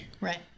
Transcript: Right